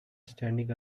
standing